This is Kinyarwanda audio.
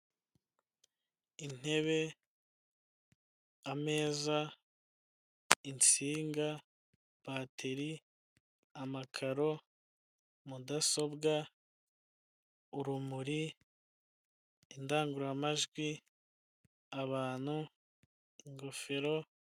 Intebe, ameza, insinga, batiri, amakaro, mudasobwa, urumuri, indangururamajwi, abantu, ingofero.